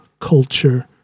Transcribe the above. culture